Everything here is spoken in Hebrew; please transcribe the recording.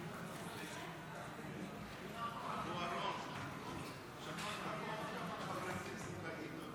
כבוד היושב-ראש, כנסת נכבדה, חבר הכנסת עמית הלוי,